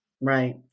Right